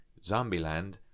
Zombieland